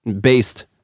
based